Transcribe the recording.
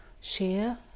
share